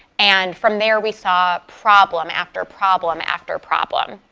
and from there, we saw problem after problem after problem.